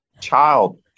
child